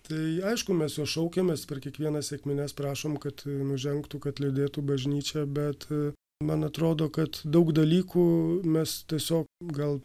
tai aišku mes jos šaukiamės per kiekvienas sekmines prašom kad nužengtų kad lydėtų bažnyčią bet man atrodo kad daug dalykų mes tiesiog gal